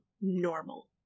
normal